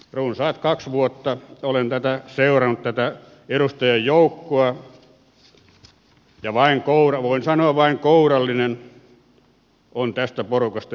runsaat kaksi vuotta olen seurannut tätä edustajajoukkoa ja voin sanoa että vain kourallinen on tästä porukasta yrittäjän asialla